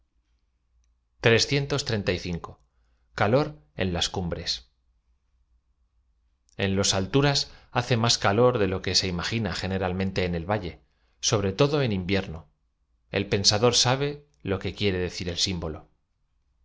calor en las cumbres en loa alturas hace más calor de lo que se imagina generalmente en el va lle sobre todo eu invierno el pensador sabe lo que quiere decir ei simbolo